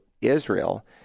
Israel